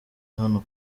hano